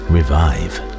Revive